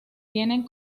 tienen